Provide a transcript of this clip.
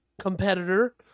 competitor